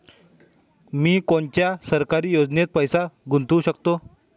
मी कोनच्या सरकारी योजनेत पैसा गुतवू शकतो?